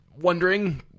Wondering